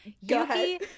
Yuki